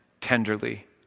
tenderly